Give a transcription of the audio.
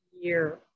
year